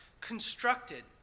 constructed